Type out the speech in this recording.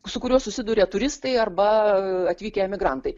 su kuriuo susiduria turistai arba atvykę emigrantai